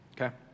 okay